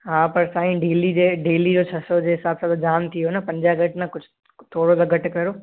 हा पर साईं डिली जे डेली जो छह सौ जे हिसाब सां त जामु थी वियो न पंजाह घटि न कुझु थोरो त घटि करो